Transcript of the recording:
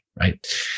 right